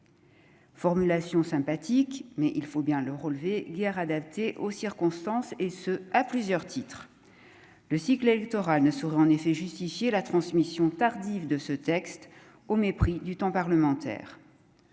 formulation sympathique mais il faut bien le relevé aux circonstances et ce à plusieurs titres le cycle électoral ne sera en effet justifier la transmission tardive de ce texte au mépris du temps parlementaire